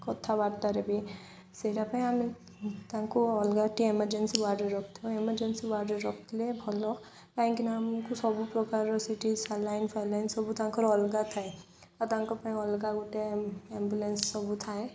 କଥାବାର୍ତ୍ତାରେ ବି ସେଇଟା ପାଇଁ ଆମେ ତାଙ୍କୁ ଅଲଗାଟି ଏମର୍ଜେନ୍ସି ୱାର୍ଡ଼ରେ ରଖିଥାଉ ଏମର୍ଜେନ୍ସି ୱାର୍ଡ଼ରେ ରଖିଲେ ଭଲ କାହିଁକିନା ଆମକୁ ସବୁ ପ୍ରକାରର ସେଠି ସାଲାଇନ ଫାଲାଇନ୍ ସବୁ ତାଙ୍କର ଅଲଗା ଥାଏ ଆଉ ତାଙ୍କ ପାଇଁ ଅଲଗା ଗୋଟେ ଆମ୍ବୁଲାନ୍ସ ସବୁ ଥାଏ